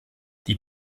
die